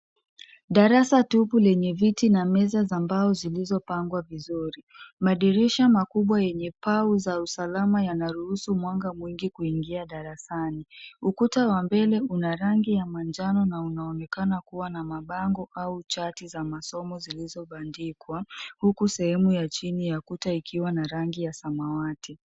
Darasa tupu lenye viti na meza za mbao zilizopangwa vizuri. Madirisha makubwa yenye paa za usalama yanaruhusu mwanga mwingi kuingia darasani. Ukuta wa mbele una rangi ya manjano na unaonekana kuwa na mabango au chati za masomo zilizo bandikwa, huku sehemu ya chini ya kuta ikiwa na rangi ya samawati.